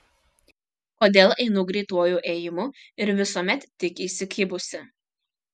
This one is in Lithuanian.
kodėl einu greituoju ėjimu ir visuomet tik įsikibusi